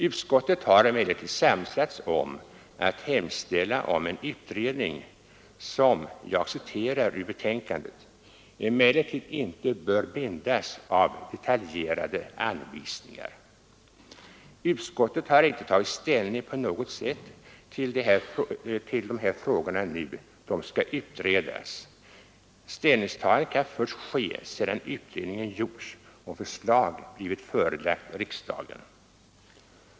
Utskottet har emellertid samsats om att hemställa om en utredning som — enligt vad som framhålls i betänkandet — ”emellertid inte bör bindas av detaljerade anvisningar”. Utskottet har inte tagit ställning på något sätt till de frågor som skall utredas. Det kan först ske sedan utredningen gjorts och förslag blivit framlagt för riksdagen.